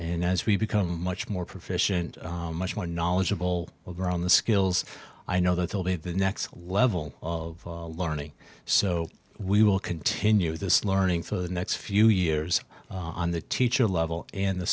and as we become much more proficient much more knowledgeable on the skills i know that will be the next level learning so we will continue this learning for the next few years on the teacher level in the